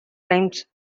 times